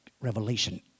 Revelation